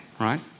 Right